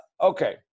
Okay